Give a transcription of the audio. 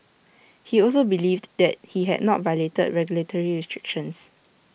he also believed that he had not violated regulatory restrictions